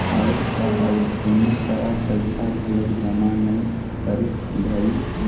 अउ त अउ कोनो करा पइसा घलोक जमा नइ करिस भई